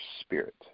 spirit